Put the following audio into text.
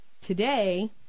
today